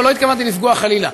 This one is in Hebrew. לא התכוונתי לפגוע, חלילה.